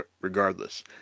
regardless